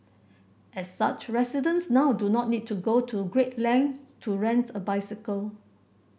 as such residents now do not need to go to great lengths to rent a bicycle